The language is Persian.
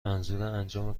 منظورانجام